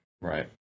Right